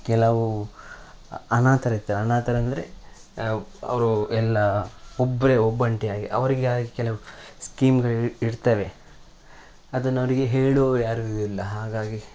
ಕೆಲವು ಅನಾಥರಿರ್ತಾರೆ ಅನಾಥರಂದರೆ ಅವ್ರು ಎಲ್ಲ ಒಬ್ಬರೆ ಒಬ್ಬಂಟಿಯಾಗಿ ಅವರಿಗೆ ಆಗಿ ಕೆಲವು ಸ್ಕೀಮ್ಗಳು ಇರ್ತವೆ ಅದನ್ನವರಿಗೆ ಹೇಳುವವರು ಯಾರು ಇರೋದಿಲ್ಲ ಹಾಗಾಗಿ